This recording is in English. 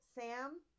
Sam